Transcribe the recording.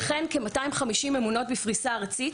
וכן כ-250 ממונות בפריסה ארצית